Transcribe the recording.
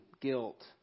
guilt